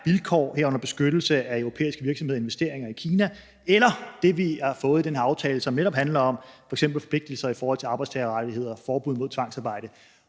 vilkår, herunder beskyttelse af europæiske virksomheder og investeringer i Kina – eller det, som vi har fået i den her aftale, som netop handler om f.eks. forpligtelser i forhold til arbejdstagerrettigheder, forbud mod tvangsarbejde.